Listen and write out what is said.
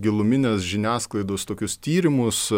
gilumines žiniasklaidos tokius tyrimus